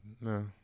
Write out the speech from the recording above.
no